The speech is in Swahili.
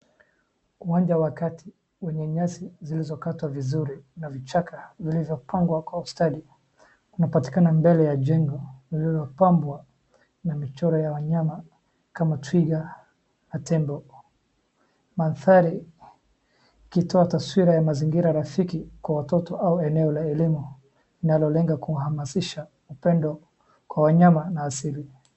Uwanja wa kati wenye nyasi zilizokatwa vizuri na vichaka zilizopangwa kwa ustadi, unapatikana mbele ya jengo lililopambwa na michoro ya wanyama kama twiga na tembo. Manthari ikitoa taswira ya mazingira rafiki kwa watoto au eneo la elimu linalolenga kuhamasisha upendo kwa wanyama na asili.